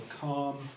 calm